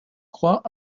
croix